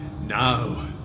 Now